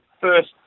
first